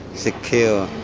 sick cure.